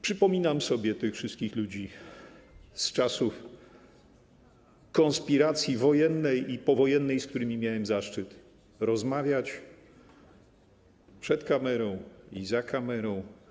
Przypominam sobie tych wszystkich ludzi z czasów konspiracji wojennej i powojennej, z którymi miałem zaszczyt rozmawiać przed kamerą i poza kamerą.